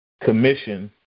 commission